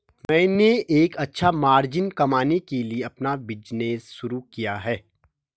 मैंने एक अच्छा मार्जिन कमाने के लिए अपना बिज़नेस शुरू किया है